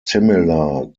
similar